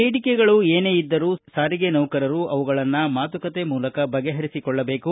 ಬೇಡಿಕೆಗಳು ಏನೇ ಇದ್ದರೂ ಸಾರಿಗೆ ನೌಕರರು ಅವುಗಳನ್ನು ಮಾತುಕತೆ ಮೂಲಕ ಬಗೆಹರಿಸಿಕೊಳ್ಳಬೇಕು